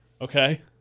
Okay